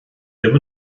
ddim